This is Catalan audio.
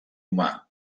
humà